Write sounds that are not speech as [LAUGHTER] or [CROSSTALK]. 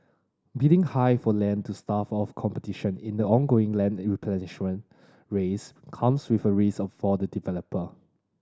bidding high for land to stave off competition in the ongoing land [UNINTELLIGIBLE] race comes with a risk for the developer